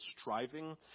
striving